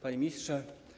Panie Ministrze!